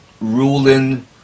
ruling